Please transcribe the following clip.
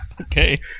Okay